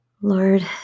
lord